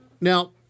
Now